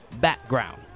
background